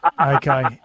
Okay